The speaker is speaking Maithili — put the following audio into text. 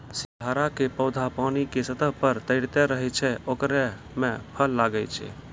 सिंघाड़ा के पौधा पानी के सतह पर तैरते रहै छै ओकरे मॅ फल लागै छै